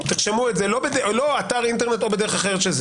לא אתר אינטרנט או בדרך אחרת.